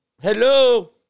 hello